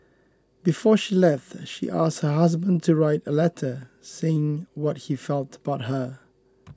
before she left she asked her husband to write a letter saying what he felt about her